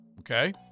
Okay